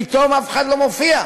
פתאום אף אחד לא מופיע.